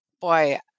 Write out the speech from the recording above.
boy